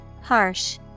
Harsh